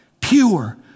pure